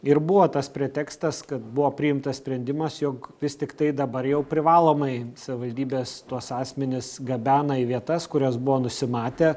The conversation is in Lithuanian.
ir buvo tas pretekstas kad buvo priimtas sprendimas jog vis tiktai dabar jau privalomai savivaldybės tuos asmenis gabena į vietas kurias buvo nusimatę